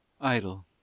idle